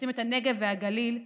לשים את הנגב והגליל,